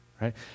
right